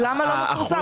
ואז בעצם,